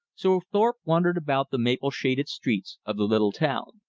so thorpe wandered about the maple-shaded streets of the little town.